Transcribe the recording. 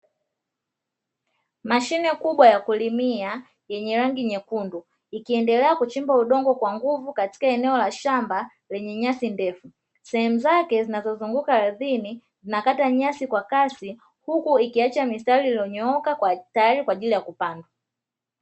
Mashine kubwa ya kulimia yenye rangi nyekundu ikiendelea kuchimba udongo kwa nguvu katika eneo la shamba lenye nyasi ndefu, sehemu zake zinazozunguka ardhini zinakata nyasi kwa kasi huku ikiacha mistari iliyonyooka tayari kwa ajili ya kupanda.